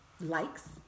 likes